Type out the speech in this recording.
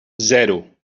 zero